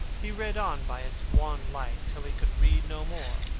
he read on by its wan light till he could read no more.